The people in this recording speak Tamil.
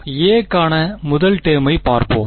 எனவே a க்கான முதல் டெர்மை பார்ப்போம்